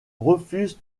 refuse